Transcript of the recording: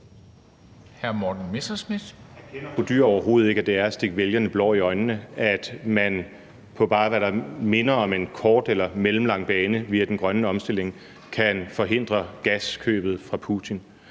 Olsen Dyhr overhovedet ikke, at det er at stikke vælgerne blår i øjnene at sige, at man på bare, hvad der minder om en kort eller mellemlang bane via den grønne omstilling, kan forhindre gaskøbet fra Putin,